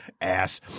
Ass